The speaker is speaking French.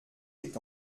est